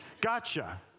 Gotcha